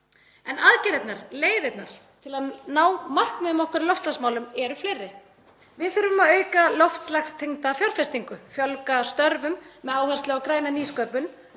En aðgerðirnar, leiðirnar til að ná markmiðum okkar í loftslagsmálum eru fleiri. Við þurfum að auka loftslagstengda fjárfestingu, fjölga störfum með áherslu á græna nýsköpun,